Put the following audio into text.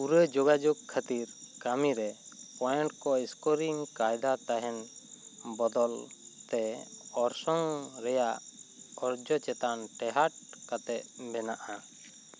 ᱯᱩᱨᱟ ᱡᱚᱜᱟᱡᱚᱜᱽ ᱠᱷᱟ ᱛᱤᱨ ᱠᱟᱹᱢᱤᱨᱮ ᱯᱚᱭᱮᱱᱴ ᱠᱚ ᱤᱥᱠᱚᱨᱤᱝ ᱠᱟᱭᱫᱟ ᱛᱟᱦᱮᱱ ᱵᱚᱫᱚᱞ ᱛᱮ ᱚᱨᱥᱚᱝ ᱨᱮᱭᱟᱜ ᱚᱨᱡᱚ ᱪᱮᱛᱟᱱ ᱛᱮᱦᱟᱸᱴ ᱠᱟᱛᱮᱫ ᱵᱮᱱᱟᱜᱼᱟ